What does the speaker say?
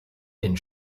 den